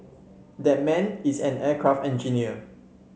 that man is an aircraft engineer